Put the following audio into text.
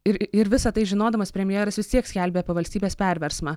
ir ir visa tai žinodamas premjeras vis tiek skelbė apie valstybės perversmą